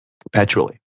Perpetually